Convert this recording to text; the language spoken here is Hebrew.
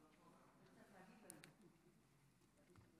(אומרת דברים בשפת